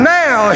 now